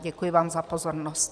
Děkuji vám za pozornost.